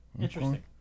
Interesting